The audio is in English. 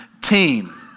team